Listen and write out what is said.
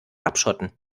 abschotten